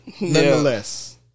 Nonetheless